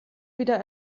wieder